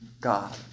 God